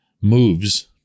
moves